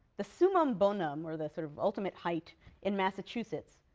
the summum bonum or the sort of ultimate height in massachusetts,